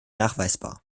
nachweisbar